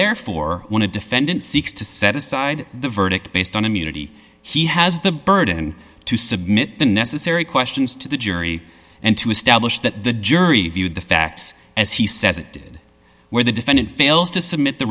therefore when a defendant seeks to set aside the verdict based on immunity he has the burden to submit the necessary questions to the jury and to establish that the jury viewed the facts as he says it did where the defendant fails to submit the